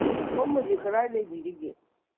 ꯁꯣꯝ ꯍꯧꯖꯤꯛ ꯀꯔꯥꯏ ꯂꯩꯕꯤꯔꯤꯒꯦ